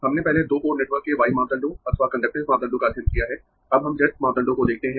हमने पहले दो पोर्ट नेटवर्क के Y मापदंडों अथवा कंडक्टेन्स मापदंडों का अध्ययन किया है अब हम Z मापदंडों को देखते है